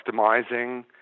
customizing